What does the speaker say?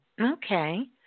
Okay